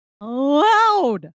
loud